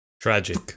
Tragic